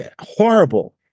horrible